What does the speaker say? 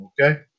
Okay